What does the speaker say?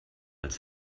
als